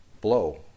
blow